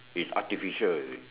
it's artificial you see